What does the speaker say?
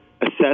assess